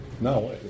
No